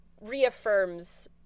reaffirms